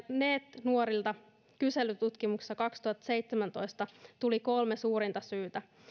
neet nuorilta kyselytutkimuksessa kaksituhattaseitsemäntoista tuli kolme suurinta syytä